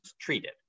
treated